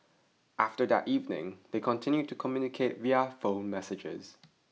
after that evening they continued to communicate via phone messages